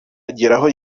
ageraho